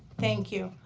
thank you.